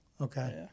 Okay